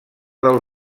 del